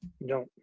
No